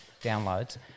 downloads